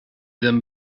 them